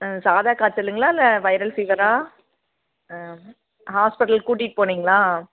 ஆ சாதா காய்ச்சலுங்களா இல்லை வைரல் ஃபீவராக ஆ ஹாஸ்பிட்டல் கூட்டிட்டு போனீங்களா